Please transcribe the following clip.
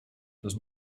does